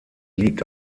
liegt